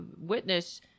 witness